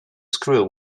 screw